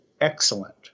excellent